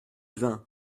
vin